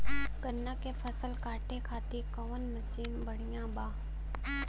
गन्ना के फसल कांटे खाती कवन मसीन बढ़ियां बा?